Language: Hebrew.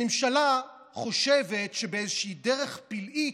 הממשלה חושבת שבאיזושהי דרך פלאית,